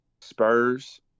Spurs